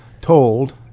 told